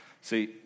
See